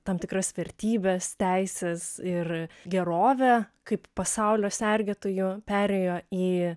tam tikras vertybes teises ir gerovę kaip pasaulio sergėtojų perėjo į